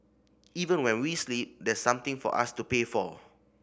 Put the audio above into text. even when we sleep there's something for us to pay for